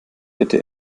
bitte